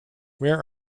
where